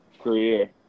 career